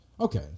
Okay